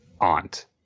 aunt